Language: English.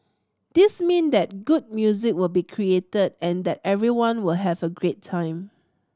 this mean that good music will be created and that everyone will have a great time